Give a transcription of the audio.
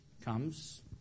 comes